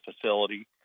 facility